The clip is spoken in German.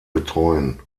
betreuen